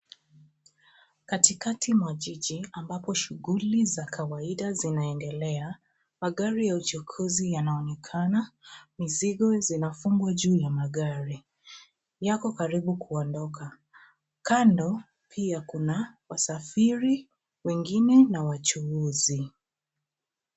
Katikati mwa jiji ambapo shughuli za kawaida zinaendelea, magari ya uchukuzi yanaonekana. Mizigo zinafungwa juu ya magari. Yako karibu kuondoka. Kando pia kuna wasafiri wengine na wachuuzi.